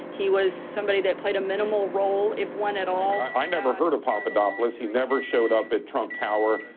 he was somebody that played a minimal role, if one at all i never heard of papadopoulos. he never showed up at trump tower,